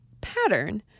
pattern